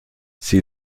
sie